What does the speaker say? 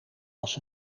was